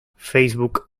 facebook